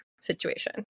situation